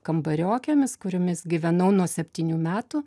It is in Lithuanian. kambariokėmis kuriomis gyvenau nuo septynių metų